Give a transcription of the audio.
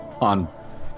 on